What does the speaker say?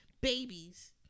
Babies